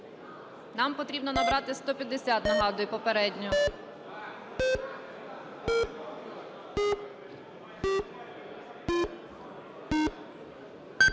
Нам потрібно набрати 150, нагадую, попередньо.